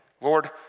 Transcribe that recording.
Lord